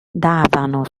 davano